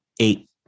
eight